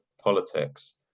politics